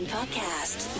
Podcast